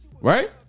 right